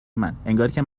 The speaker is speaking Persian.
من، انگارکه